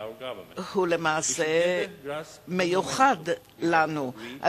הוא למעשה מיוחד לנו,